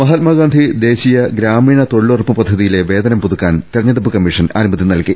മഹാത്മാഗാന്ധി ദേശീയ ഗ്രാമീണ തൊഴിലുറപ്പ് പദ്ധതിയിലെ വേതനം പുതുക്കാൻ തെരഞ്ഞെടുപ്പ് കമ്മീഷൻ അനുമതി നൽകി